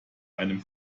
einem